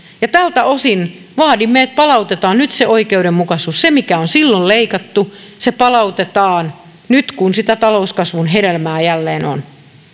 ja tältä osin vaadimme että palautetaan nyt se oikeudenmukaisuus se mikä on silloin leikattu palautetaan nyt kun sitä talouskasvun hedelmää jälleen on